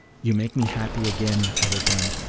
you make me happy again, i returned,